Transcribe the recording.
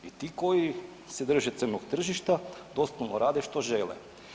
I ti koji se drže crnog tržišta doslovno rade što žele.